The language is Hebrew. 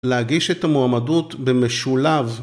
להגיש את המועמדות במשולב.